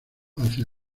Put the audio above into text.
hacia